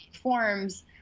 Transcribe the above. forms